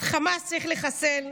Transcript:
את חמאס צריך לחסל,